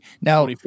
now